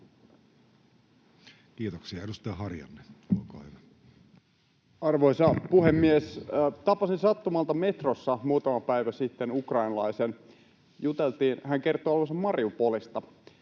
Kiitoksia. — Edustaja Harjanne, olkaa hyvä. Arvoisa puhemies! Tapasin sattumalta metrossa muutama päivä sitten ukrainalaisen. Juteltiin, hän kertoi olevansa Mariupolista.